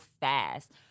fast